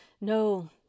No